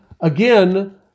again